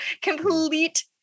complete